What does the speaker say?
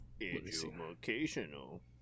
Educational